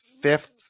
fifth